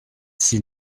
s’il